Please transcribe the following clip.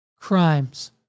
crimes